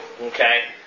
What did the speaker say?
Okay